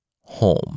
home